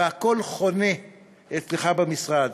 והכול חונה אצלך במשרד.